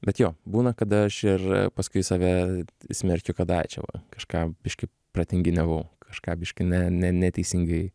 bet jo būna kada aš ir paskui save smerkiu kad ai čia va kažką biškį pratinginiavau kažką biškį ne ne neteisingai